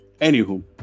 Anywho